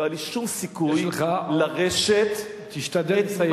לא היה לי שום סיכוי לרשת, תשתדל לסיים.